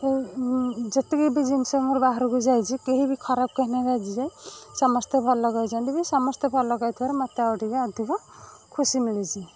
ଯେତିକି ବି ଜିନିଷ ମୋର ବାହାରକୁ ଯାଇଛି କେହି ବି ଖରାପ କହି ନାହାଁନ୍ତି ଆଜି ଯାଏଁ ସମସ୍ତେ ଭଲ କହିଛନ୍ତି ବି ସମସ୍ତେ ଭଲ କହିଥିବାରୁ ମତେ ଆଉ ଟିକେ ଅଧିକ ଖୁସି ମିଳିଛି